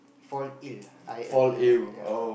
fall ill I L L ya